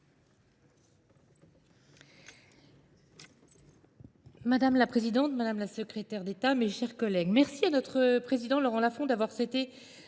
Madame la présidente, madame la secrétaire d’État, mes chers collègues, merci à notre président Laurent Lafon d’avoir souhaité